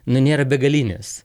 nu nėra begalinės